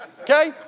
Okay